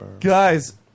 Guys